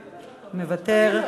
מוותר,